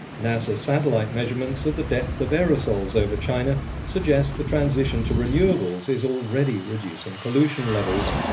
nasa satellite measurements of the depth of aerosols over china suggest the transition to renewables is already reducing pollution levels.